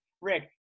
Rick